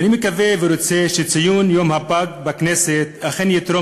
אני מקווה ורוצה שציון יום הפג בכנסת אכן יתרום